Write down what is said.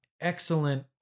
excellent